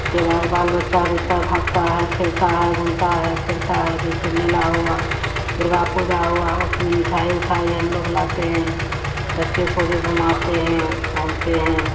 उसके बाद बाल बच्चा भी सब हँसता है खेलता है घूमता है फिरता है जैसे मेला हुआ दुर्गा पूजा हुई उसमें मिठाई उठाई हमलोग लाते हैं बच्चे को भी घुमाते हैं घूमते हैं